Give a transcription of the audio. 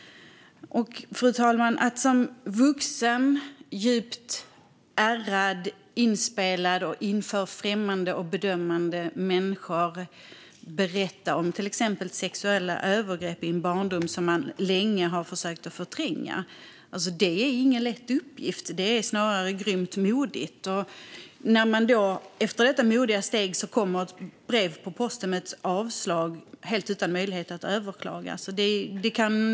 Fru talman! Att som vuxen, djupt ärrad, inspelad och inför främmande och bedömande människor berätta om till exempel sexuella övergrepp i en barndom som man länge har försökt förtränga är ingen lätt uppgift. Det är snarare grymt modigt. Efter detta modiga steg får man så ett brev på posten med ett avslag, helt utan möjlighet att överklaga.